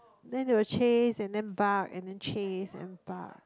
then they will chase and then bark and then chase and then bark